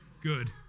Good